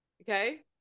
Okay